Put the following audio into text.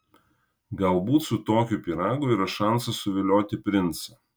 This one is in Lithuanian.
galbūt su tokiu pyragu yra šansas suvilioti princą